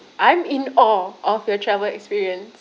I'm in awe of your travel experience